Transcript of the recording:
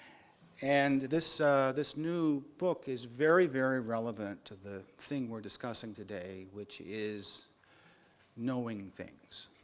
and this this new book is very, very relevant to the thing we're discussing today, which is knowing things.